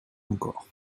encore